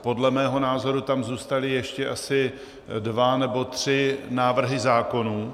Podle mého názoru tam zůstaly ještě asi dva nebo tři návrhy zákonů.